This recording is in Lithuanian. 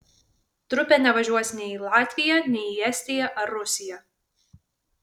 trupė nevažiuos nei į latviją nei į estiją ar rusiją